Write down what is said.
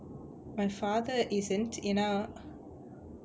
my father isn't ஏனா:yaenaa